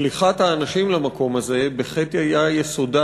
ושליחת האנשים למקום הזה בחטא היה יסודה.